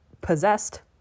possessed